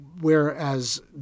Whereas